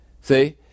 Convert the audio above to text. See